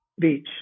Beach